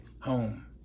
home